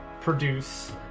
produce